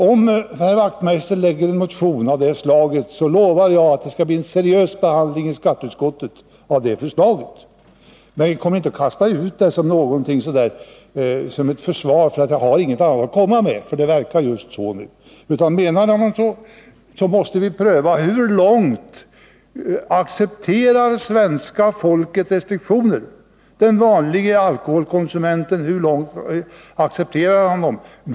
Om herr Wachtmeister framlägger en motion av det slaget, lovar jag att det skall bli en seriös behandling i skatteutskottet av förslaget. Men kasta inte ut det som ett förslag i brist på annat, vilket verkar vara fallet just nu! Menar Knut Wachtmeister allvar, måste vi pröva hur långtgående restriktioner som den vanlige svenske alkoholkonsumenten accepterar.